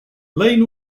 lane